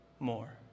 More